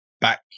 back